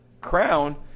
Crown